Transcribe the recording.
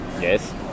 Yes